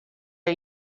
are